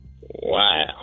Wow